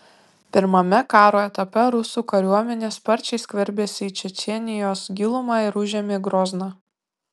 pirmame karo etape rusų kariuomenė sparčiai skverbėsi į čečėnijos gilumą ir užėmė grozną